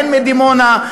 הן מדימונה,